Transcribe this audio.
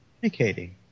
communicating